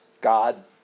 God